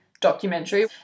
documentary